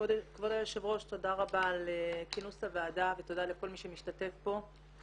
כבוד היושבת ראש תודה רבה על כינוס הוועדה ותודה לכל מי שמשתתף פה.